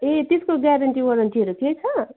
ए त्यसको ग्यारेन्टी वारन्टीहरू केही छ